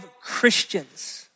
Christians